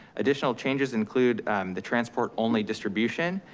additional changes include the transport only distribution,